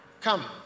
Come